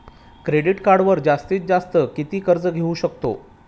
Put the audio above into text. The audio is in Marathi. क्रेडिट कार्डवर जास्तीत जास्त किती कर्ज घेऊ शकतो?